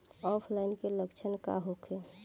ऑफलाइनके लक्षण का होखे?